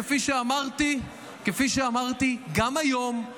כפי שאמרתי גם היום,